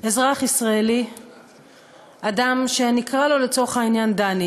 אזרח ישראלי, אדם, שנקרא לו לצורך העניין דני